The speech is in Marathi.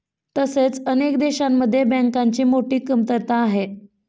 तसेच अनेक देशांमध्ये बँकांची मोठी कमतरता आहे